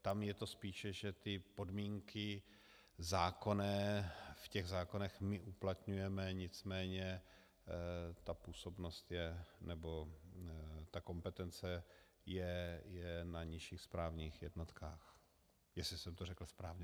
Tam je to spíše, že ty podmínky zákonné v těch zákonech my uplatňujeme, nicméně působnost nebo ta kompetence je na nižších správních jednotkách, jestli jsem to řekl správně.